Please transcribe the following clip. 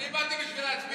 אני באתי להצביע,